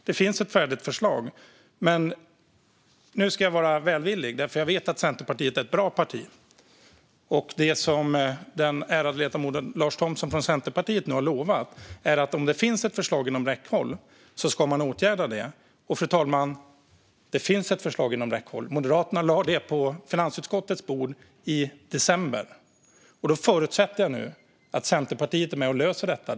Det finns ett färdigt förslag. Nu ska jag vara välvillig, för jag vet att Centerpartiet är ett bra parti. Det som den ärade ledamoten Lars Thomsson från Centerpartiet nu har lovat är att man ska åtgärda detta om det finns ett förslag inom räckhåll. Fru talman! Det finns ett förslag inom räckhåll - Moderaterna lade det på finansutskottets bord i december. Jag förutsätter nu att Centerpartiet är med och löser detta.